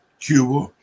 Cuba